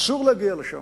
אסור להגיע לשם.